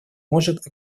может